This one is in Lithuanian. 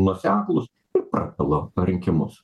nuoseklūs ir prapilo parinkimus